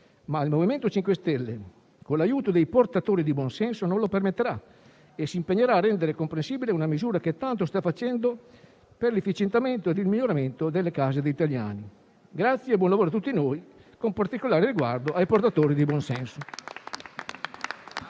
ma il MoVimento 5 Stelle, con l'aiuto dei portatori di buonsenso, non lo permetterà e si impegnerà a rendere comprensibile una misura che tanto sta facendo per l'efficientamento e il miglioramento delle case degli italiani. Grazie e buon lavoro a tutti noi, con particolare riguardo ai portatori di buonsenso.